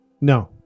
No